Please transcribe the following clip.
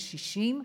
קשישים,